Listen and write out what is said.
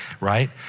right